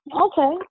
Okay